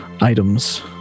items